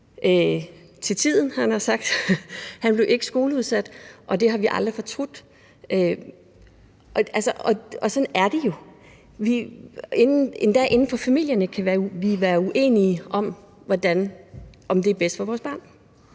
til tiden, havde jeg nær sagt. Han blev ikke skoleudsat, og det har vi aldrig fortrudt. Og sådan er det jo – selv inden for familien kan vi være uenige om, hvad der er bedst for vores børn.